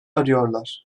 arıyorlar